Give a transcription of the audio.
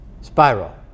spiral